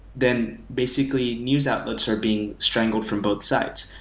then basically news outlets are being strangled from both sides.